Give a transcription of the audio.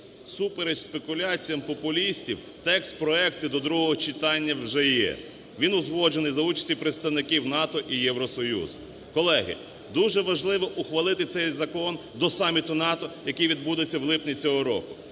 Всупереч спекуляціям популістів текст проекту до другого читання вже є, він узгоджений за участю представників НАТО і Євросоюзу. Колеги, дуже важливо ухвалити цей закон до саміту НАТО, який відбудеться в липні цього року.